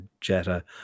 Jetta